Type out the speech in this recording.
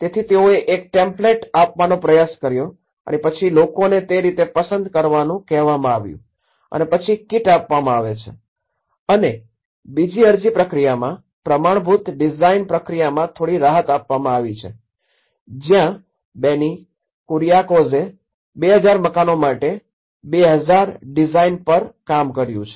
તેથી તેઓએ એક ટેમ્પલેટ આપવાનો પ્રયાસ કર્યો અને પછી લોકોને તે રીતે પસંદ કરવાનું કહેવામાં આવ્યું અને પછી કીટ આપવામાં આવે છે અને બીજી અરજી પ્રક્રિયામાં પ્રમાણભૂત ડિઝાઇન પ્રક્રિયામાં થોડી રાહત અપનાવવામાં આવી છે જ્યાં બેની કુરિઆકોઝે ૨૦૦૦ મકાનો માટે ૨૦૦૦ ડિઝાઇન પર કામ કર્યું છે